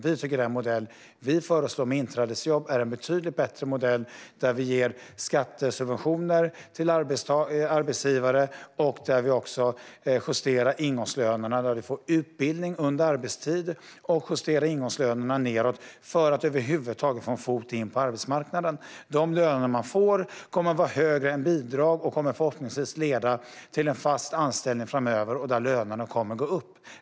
Vi tycker att den modell som vi föreslår med inträdesjobb är en betydligt bättre modell med skattesubventioner till arbetsgivare, där man får utbildning under arbetstid och där vi justerar ingångslönerna nedåt för att man över huvud taget ska få en fot in på arbetsmarknaden. Den lön man får kommer att vara högre än bidrag och kommer förhoppningsvis att leda till en fast anställning framöver där lönen kommer att gå upp.